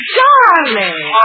darling